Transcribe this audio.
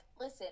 listen